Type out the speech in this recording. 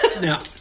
now